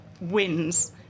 wins